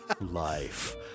Life